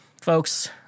folks